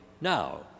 now